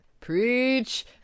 Preach